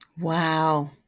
Wow